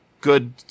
good